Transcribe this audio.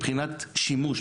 מבחינת שימוש,